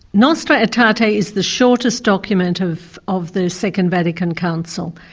nostra aetate ah aetate is the shortest document of of the second vatican council.